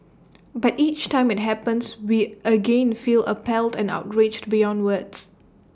but each time IT happens we again feel appalled and outraged beyond words